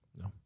No